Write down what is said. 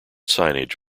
signage